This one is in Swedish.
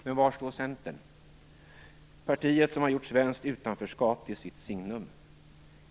Men var står Centern, partiet som har gjort svenskt utanförskap till sitt signum?